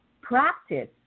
practice